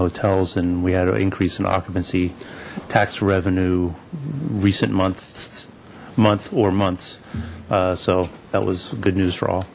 hotels and we had to increase in occupancy tax revenue recent months month or months so that was good news for all